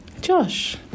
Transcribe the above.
Josh